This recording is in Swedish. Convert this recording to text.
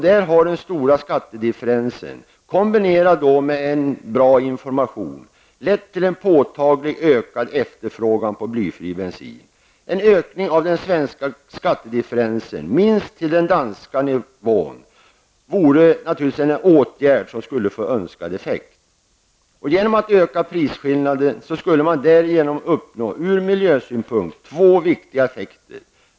Där har den stora skattedifferensen, kombinerad med bra information, lett till en påtagligt ökad efterfrågan på blyfri bensin. En ökning av den svenska skattedifferensen till minst den danska nivån vore naturligtvis en åtgärd som skulle få önskad effekt. Genom att öka prisskillnaden skulle man uppnå ur miljösynpunkt två viktiga effekter.